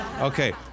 Okay